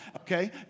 Okay